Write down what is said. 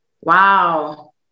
wow